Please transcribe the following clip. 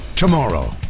tomorrow